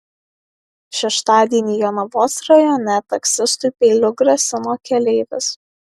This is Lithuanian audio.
šeštadienį jonavos rajone taksistui peiliu grasino keleivis